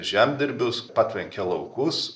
žemdirbius patvenkia laukus